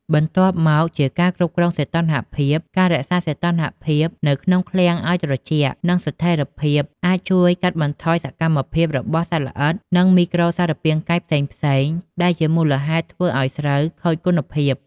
បន្ទាប់មកជាការគ្រប់គ្រងសីតុណ្ហភាព ការរក្សាសីតុណ្ហភាពនៅក្នុងឃ្លាំងឲ្យត្រជាក់ និងស្ថិរភាព អាចជួយកាត់បន្ថយសកម្មភាពរបស់សត្វល្អិត និងមីក្រូសារពាង្គកាយផ្សេងៗ ដែលជាមូលហេតុធ្វើឲ្យស្រូវខូចគុណភាព។